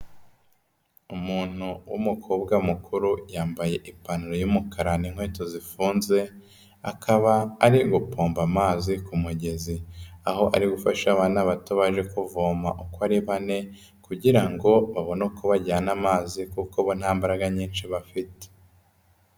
Umuntu w'umukobwa mukuru yambaye ipantaro y'umukara n'inkweto zifunze, akaba ari gupomba amazi ku mugezi, aho ari gufasha abana bato baje kuvoma uko ari bane kugira ngo babone uko bajyana amazi kuko bo nta mbaraga nyinshi bafite.